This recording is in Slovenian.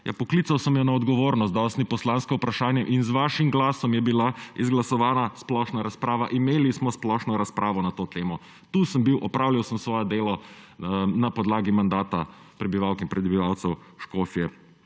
poklical sem jo na odgovornost, dal sem ji poslansko vprašanje in z vašim glasom je bila izglasovana splošna razprava, imeli smo splošno razpravo na to temo. Tu sem bil, opravil sem svoje delo na podlagi mandata prebivalk in prebivalcev Škofje